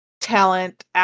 talent